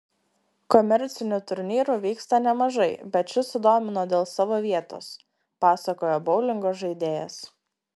komercinių turnyrų vyksta nemažai bet šis sudomino dėl savo vietos pasakojo boulingo žaidėjas